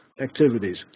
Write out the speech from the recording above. activities